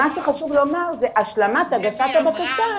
מה שחשוב לומר השלמת הגשת הבקשה,